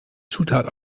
zutat